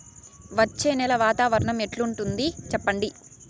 వచ్చే నెల వాతావరణం ఎట్లుంటుంది చెప్పండి?